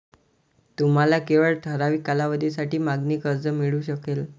तुम्हाला केवळ ठराविक कालावधीसाठी मागणी कर्ज मिळू शकेल